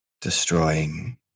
destroying